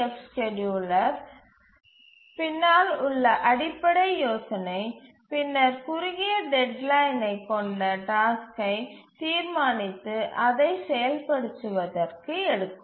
F scheduler ருக்குப் பின்னால் உள்ள அடிப்படை யோசனை பின்னர் குறுகிய டெட்லைன் வைக் கொண்ட டாஸ்க்கை த் தீர்மானித்து அதை செயல்படுத்துவதற்கு எடுக்கும்